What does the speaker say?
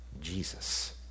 Jesus